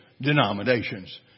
denominations